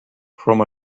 from